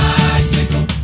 bicycle